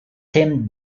tim